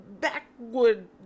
backwood